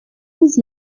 was